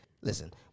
Listen